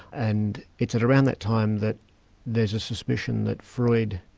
and it's at around that time that there's a suspicion that freud,